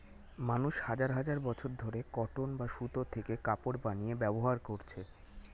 মানুষ হাজার হাজার বছর ধরে কটন বা সুতো থেকে কাপড় বানিয়ে ব্যবহার করছে